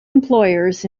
employers